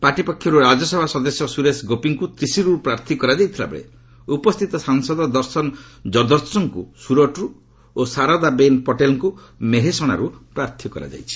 party ପକ୍ଷରୁ ରାଜ୍ୟସଭା ସଦସ୍ୟ ସୁରେଶ ଗୋପୀଙ୍କୁ ତ୍ରିଶୁରରୁ ପ୍ରାର୍ଥୀ କରାଯାଇଥିବା ବେଳେ ଉପସ୍ଥିତ ସାଂସଦ ଦର୍ଶନ ଯର୍ଦ୍ଦୋଶଙ୍କୁ ସ୍ୱରଟର୍ ଓ ସାରଦାବେନ୍ ପଟେଲଙ୍କୁ ମେହେସଣାରୁ ପ୍ରାର୍ଥୀ କରାଯାଇଛି